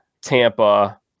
Tampa